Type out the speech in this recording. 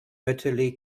bitterly